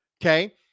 okay